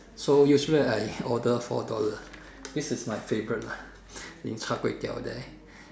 so usually I order four dollars this is my favorite lah in Char-Kway-Teow there